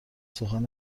سخن